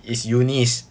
it's eunice